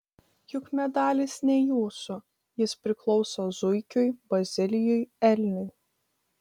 juk medalis ne jūsų jis priklauso zuikiui bazilijui elniui